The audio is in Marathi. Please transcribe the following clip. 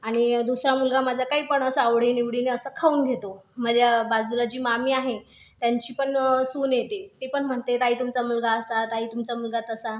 आणि दुसरा मुलगा माझा काही पण असं आवडीनिवडीने असं खाऊन घेतो माझ्या बाजूला जी मामी आहे त्यांची पण सून येते ती पण म्हणते ताई तुमचा मुलगा असा ताई तुमचा मुलगा तसा